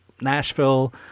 nashville